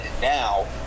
now